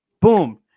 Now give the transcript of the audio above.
boom